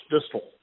distal